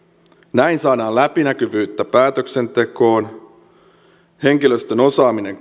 näin saadaan läpinäkyvyyttä päätöksentekoon henkilöstön osaaminen